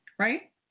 Right